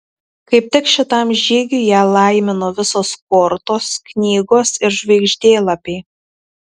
kaip tik šitam žygiui ją laimino visos kortos knygos ir žvaigždėlapiai